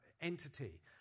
entity